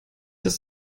das